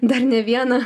dar ne vieną